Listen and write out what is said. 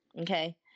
okay